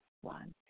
one